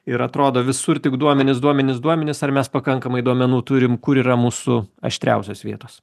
ir atrodo visur tik duomenys duomenys duomenys ar mes pakankamai duomenų turim kur yra mūsų aštriausios vietos